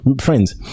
Friends